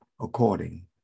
according